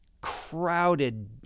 crowded